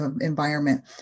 environment